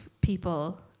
people